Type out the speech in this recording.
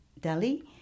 Delhi